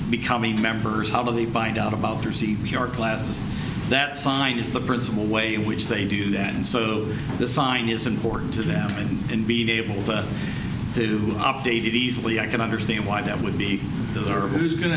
becoming members how they find out about their c p r classes that sign is the principal way in which they do that and so the design is important to them and in being able to update it easily i can understand why that would be the who's going